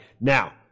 Now